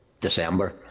December